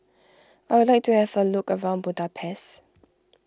I would like to have a look around Budapest